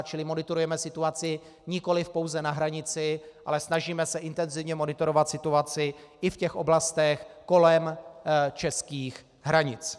Čili monitorujeme situaci nikoli pouze na hranici, ale snažíme se intenzivně monitorovat situaci i v těch oblastech kolem českých hranic.